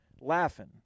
laughing